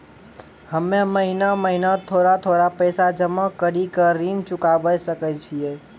हम्मे महीना महीना थोड़ा थोड़ा पैसा जमा कड़ी के ऋण चुकाबै सकय छियै?